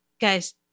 guys